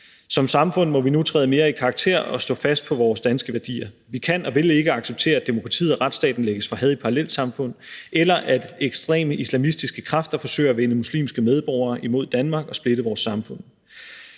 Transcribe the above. Som samfund må vi nu træde mere i karakter og stå fast på vores danske værdier. Vi kan og vil ikke acceptere, at demokratiet og retsstaten lægges for had i parallelsamfund; eller at ekstreme islamistiske kræfter forsøger at vende muslimske medborgere imod Danmark og splitte vores samfund.